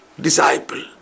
Disciple